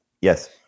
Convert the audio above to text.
Yes